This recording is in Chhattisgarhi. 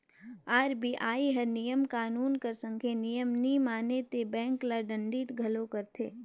आर.बी.आई हर नियम कानून कर संघे नियम नी माने ते बेंक ल दंडित घलो करथे